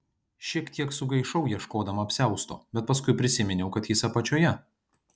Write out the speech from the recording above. šiek tiek sugaišau ieškodama apsiausto bet paskui prisiminiau kad jis apačioje